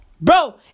Bro